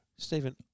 Stephen